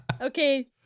Okay